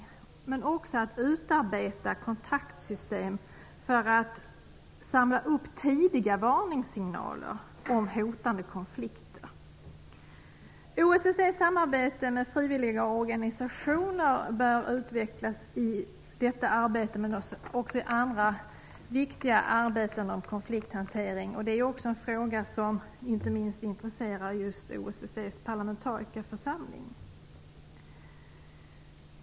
Dessutom gäller det att utarbeta kontaktsystem för att samla upp tidiga varningssignaler om hotande konflikter. OSSE:s samarbete med frivilliga organisationer bör utvecklas i detta arbete, men också i många andra viktiga arbeten som gäller konflikthantering. Det är en fråga som intresserar inte minst OSSE:s parlamentarikerförsamling.